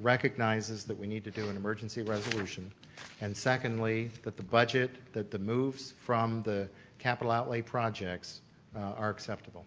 recognizes that we need to do an emergency resolution and secondly, that the budget, the move so from the capital outlay projects are acceptable.